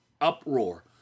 uproar